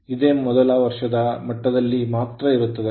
ಇದು ಮೊದಲ ವರ್ಷದ ಮಟ್ಟದಲ್ಲಿ ಮಾತ್ರ ಇರುತ್ತದೆ